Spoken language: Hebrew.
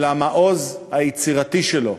אלא המעוז היצירתי שלו,